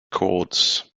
chords